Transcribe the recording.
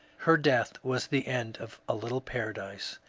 her death was the end of a little paradise.